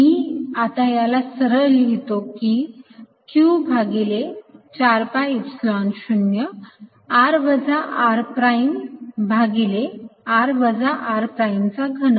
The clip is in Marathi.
मी आता याला सरळ लिहितो की q भागिले 4 pi epsilon 0 r वजा r प्राइम भागिले r वजा r प्राइम चा घन